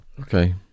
Okay